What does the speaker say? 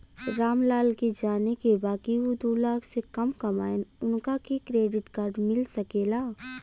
राम लाल के जाने के बा की ऊ दूलाख से कम कमायेन उनका के क्रेडिट कार्ड मिल सके ला?